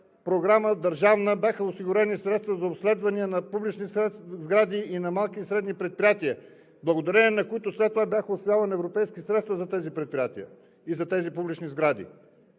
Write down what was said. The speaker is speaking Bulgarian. програма бяха осигурени средства за обследвания на публични сгради и на малки и средни предприятия, благодарение на които след това бяха усвоявани европейски средства за тези предприятия и за тези публични сгради.